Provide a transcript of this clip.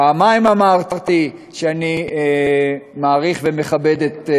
פעמיים אמרתי שאני מעריך ומכבד את,